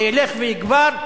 זה ילך ויגבר.